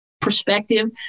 perspective